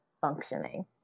functioning